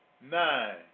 nine